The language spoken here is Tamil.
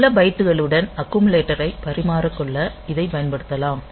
சில பைட்டுகளுடன் அக்குமுலேட்டரை பரிமாறிக்கொள்ள இதைப் பயன்படுத்தலாம்